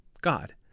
God